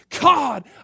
God